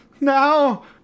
now